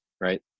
right